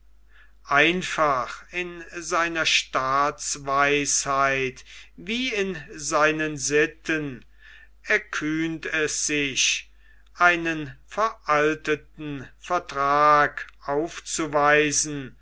einfach in seiner staatsweisheit wie in seinen sitten erkühnt es sich einen veralteten vertrag aufzuweisen